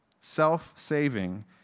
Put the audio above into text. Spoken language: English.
Self-saving